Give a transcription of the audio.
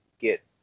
get